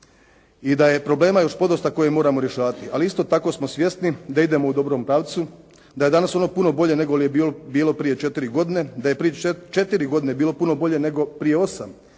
i da je problema još podosta koje moramo rješavati, ali isto tako smo svjesni da idemo u dobrom pravcu, da je danas ono puno bolje nego li je bilo prije četiri godine, da je prije četiri godine bilo puno bolje nego prije osam,